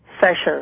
session